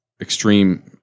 extreme